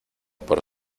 por